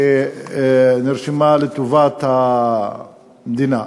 שנרשמה לטובת המדינה.